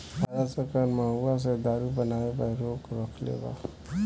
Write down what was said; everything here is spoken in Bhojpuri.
भारत सरकार महुवा से दारू बनावे पर रोक रखले बा